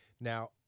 Now